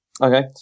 Okay